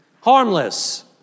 harmless